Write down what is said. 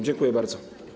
Dziękuję bardzo.